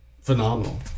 phenomenal